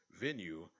venue